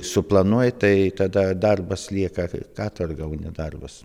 suplanuoji tai tada darbas lieka katorga o ne darbas